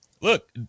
look